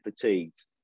fatigued